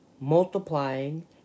multiplying